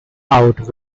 out